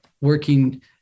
working